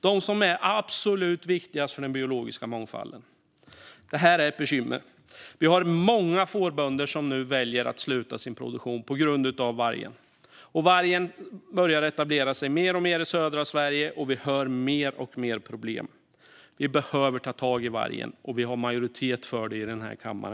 Det är de som är absolut viktigast för den biologiska mångfalden. Detta är ett bekymmer. Många fårbönder väljer nu att sluta med sin produktion på grund av vargen. Vargen börjar etablera sig mer och mer i södra Sverige, och vi hör om fler och fler problem. Vi behöver ta tag i vargen, och vi har majoritet för det i denna kammare.